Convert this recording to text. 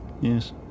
yes